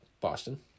Boston